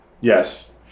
Yes